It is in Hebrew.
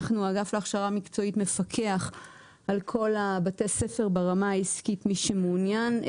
האגף להכשרה מקצועית מפקח על כל בתי הספר ברמה העסקית מי שמעונין,